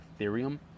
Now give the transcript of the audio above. Ethereum